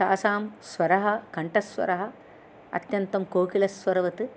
तासां स्वरः कण्ठस्वरः अत्यन्तं कोकिलस्वरवत्